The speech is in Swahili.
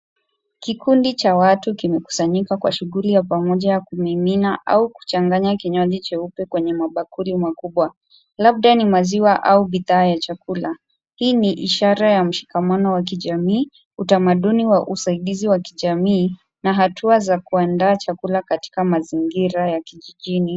Kikundi cha watu kimekusanyika kwa shughuli ya pamoja ya kumimina au kuchanganya kinywaji cheupe kwenye mabakuli makubwa, labda ni maziwa au bidhaa ya chakula. Hii ni ishara ya mshikamano wa kijamii, utamaduni wa usaidizi wa kijamii na hatua za kuandaa chakula katika mazingira ya kijijini.